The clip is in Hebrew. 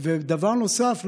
דבר נוסף,